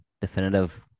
definitive